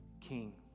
king